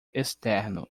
externo